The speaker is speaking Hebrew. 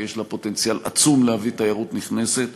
כי יש לה פוטנציאל עצום להביא תיירות נכנסת.